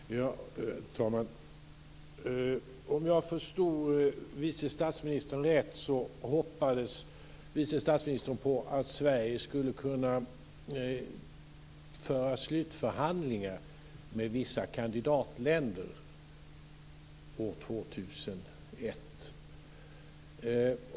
Fru talman! Om jag förstod vice statsministern rätt hoppades hon att Sverige skulle kunna föra slutförhandlingar med vissa kandidatländer år 2001.